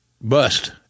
bust